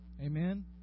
Amen